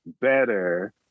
better